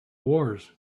wars